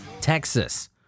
Texas